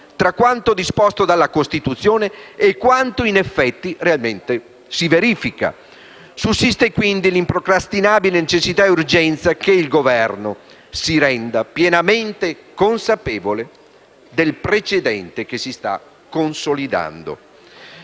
tra quanto disposto dalla Costituzione e quanto in effetti realmente si verifica; sussiste quindi l'improcrastinabile necessità e urgenza che il Governo si renda pienamente consapevole del precedente che si sta consolidando,